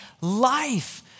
life